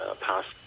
past